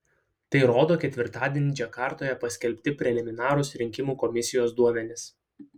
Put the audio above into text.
tai rodo ketvirtadienį džakartoje paskelbti preliminarūs rinkimų komisijos duomenys